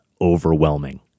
overwhelming